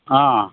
ಆಂ